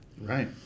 Right